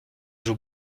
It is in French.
joue